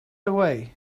away